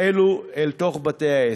אלו אל תוך בתי העסק.